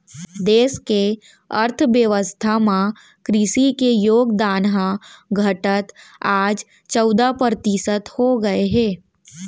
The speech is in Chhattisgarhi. देस के अर्थ बेवस्था म कृसि के योगदान ह घटत आज चउदा परतिसत हो गए हे